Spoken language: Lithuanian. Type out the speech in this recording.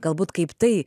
galbūt kaip tai